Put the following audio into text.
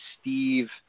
Steve